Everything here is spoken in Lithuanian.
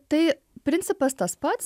tai principas tas pats